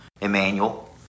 Emmanuel